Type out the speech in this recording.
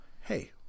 hey